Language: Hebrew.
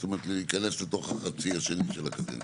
זאת אומרת להיכנס לתוך החצי השני של הקדנציה.